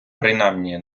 принаймні